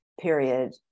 period